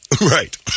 Right